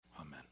amen